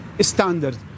standard